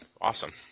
awesome